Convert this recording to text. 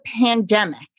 pandemic